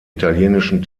italienischen